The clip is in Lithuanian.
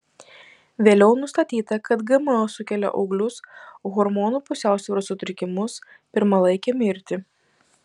vėliau nustatyta kad gmo sukelia auglius hormonų pusiausvyros sutrikimus pirmalaikę mirtį